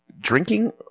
drinking